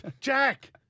Jack